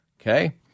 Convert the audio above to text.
Okay